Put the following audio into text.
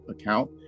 account